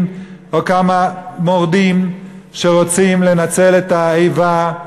או כמה מורדים שרוצים לנצל את האיבה,